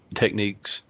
techniques